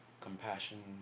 compassion